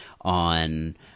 on